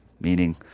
Meaning